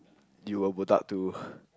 you were botak too